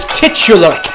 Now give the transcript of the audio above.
titular